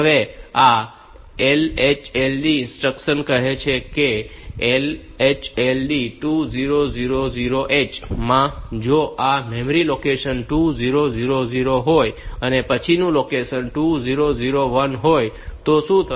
હવે આ LHLD instruction કહે છે કે LHLD 2000h માં જો આ મેમરી લોકેશન 2000 હોય અને પછીનું લોકેશન 2001 હોય તો શું થશે